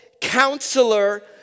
Counselor